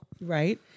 right